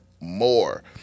more